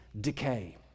decay